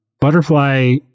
butterfly